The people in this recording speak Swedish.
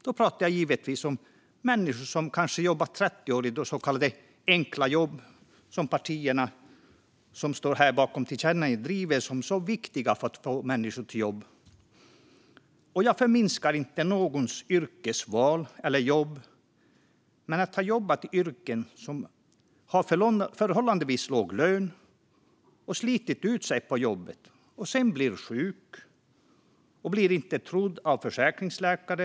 Jag pratar givetvis om människor som har jobbat i kanske 30 år i så kallade enkla jobb. Det är dessa jobb som partierna som står bakom tillkännagivandet driver som så viktiga att få människor till. Jag förminskar inte någons yrkesval eller jobb. Men jag tänker på de människor som har jobbat i yrken med förhållandevis låg lön och slitit ut sig på jobbet. Sedan blir de sjuka och blir inte trodda av försäkringsläkare.